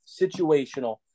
situational